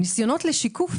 "ניסיונות לשיקוף